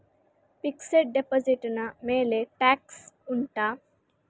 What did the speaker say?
fixed deposit ನ ಮೇಲೆ tax ಉಂಟಾ